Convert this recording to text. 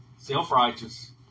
self-righteous